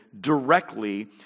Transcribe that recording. directly